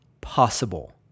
possible